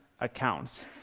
accounts